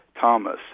Thomas